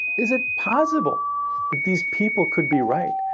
is it possible that these people could be right?